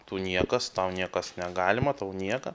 tu niekas tau niekas negalima tau nieko